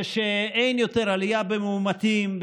ושאין יותר עלייה במאומתים,